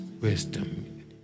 Wisdom